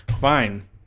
fine